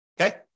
okay